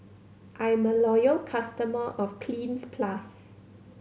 I'm a loyal customer of Cleanz Plus